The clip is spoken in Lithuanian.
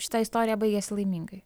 šita istorija baigėsi laimingai